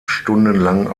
stundenlang